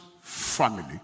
family